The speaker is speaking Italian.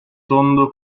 tondo